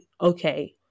okay